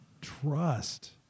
trust